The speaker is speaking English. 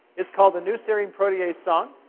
it's called the new serine protease song.